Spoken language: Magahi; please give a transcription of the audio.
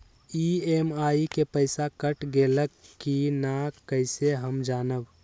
ई.एम.आई के पईसा कट गेलक कि ना कइसे हम जानब?